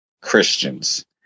Christians